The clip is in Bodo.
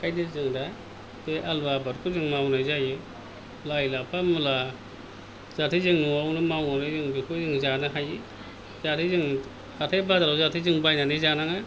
ओंखायनो जों दा बे आलु आबादखौ जों मावनाय जायो लाइ लाफा मुला जाहाथे जों न'आवनो मावनानै जों बेखौ जों जानो हायो जाहाथे जोङो हाथाइ बाजाराव जाहाथे जों बायनानै जानाङा